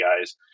guys